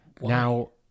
Now